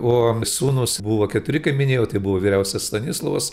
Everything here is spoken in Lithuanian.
o sūnūs buvo keturi kaip minėjau tai buvo vyriausias stanislovas